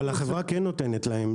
אבל החברה כן נותנת להם,